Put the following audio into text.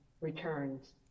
returns